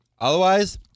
Otherwise